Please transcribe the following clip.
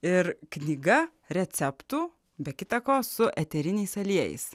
ir knyga receptų be kita ko su eteriniais aliejais